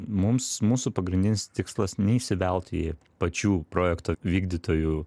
mums mūsų pagrindinis tikslas neįsivelti į pačių projekto vykdytojų